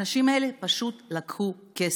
האנשים האלה פשוט לקחו כסף.